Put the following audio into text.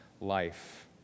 life